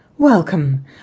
Welcome